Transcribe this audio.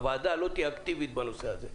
הוועדה לא תהיה אקטיבית בנושא הזה.